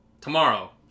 Tomorrow